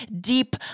deep